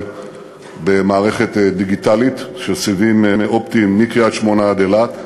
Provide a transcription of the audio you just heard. במערכת דיגיטלית של סיבים אופטיים מקריית-שמונה עד אילת.